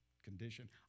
condition